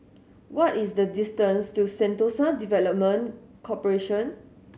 what is the distance to Sentosa Development Corporation